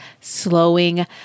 slowing